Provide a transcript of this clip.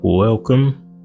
Welcome